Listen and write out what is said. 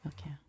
Okay